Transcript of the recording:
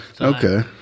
okay